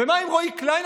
ומה עם רועי קליין,